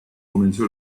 comenzó